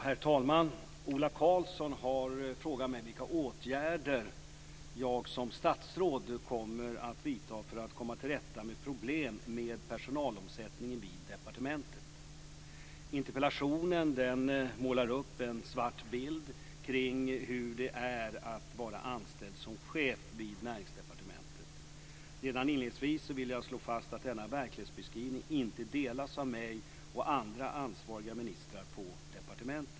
Herr talman! Ola Karlsson har frågat mig vilka åtgärder jag som statsråd kommer att vidta för att komma till rätta med problem med personalomsättningen vid departementet. Interpellationen målar upp en svart bild kring hur det är att vara anställd som chef vid Näringsdepartementet. Redan inledningsvis vill jag slå fast att denna verklighetsbeskrivning inte delas av mig och andra ansvariga ministrar på departementet.